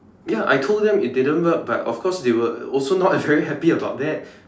ya I told them it didn't work but of course they were also not very happy about that